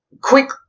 quick